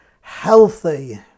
healthy